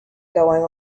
going